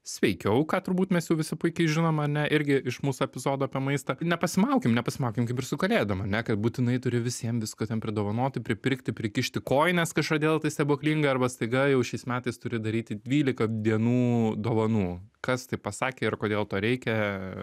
sveikiau ką turbūt mes jau visi puikiai žinom ane irgi iš mūsų epizodų apie maistą nepasimaukim nepasimaukim kaip ir su kalėdom ane kad būtinai turi visiem visko ten pridovanoti pripirkti prikišti kojines kažkodėl tai stebuklinga arba staiga jau šiais metais turi daryti dvylika dienų dovanų kas taip pasakė ir kodėl to reikia